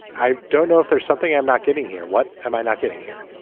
i don't know if there's something i'm not getting here what am i not getting here